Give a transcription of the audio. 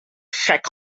gek